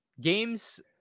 games